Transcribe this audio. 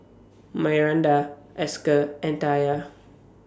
Myranda Esker and Taya